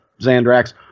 Xandrax